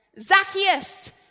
Zacchaeus